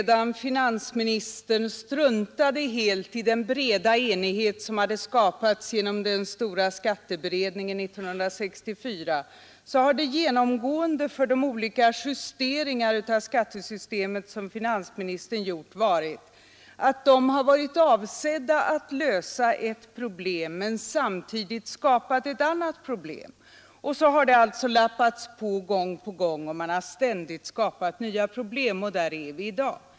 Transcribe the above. det genomgående för finansministerns olika justeringar av skattesystemet gällt att de har varit avsedda att lösa ett problem men samtidigt skapat ett annat problem. Så har det alltså lappats på gång på gång, och man har ständigt skapat nya problem — och där är vi i dag.